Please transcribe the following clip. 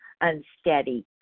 unsteady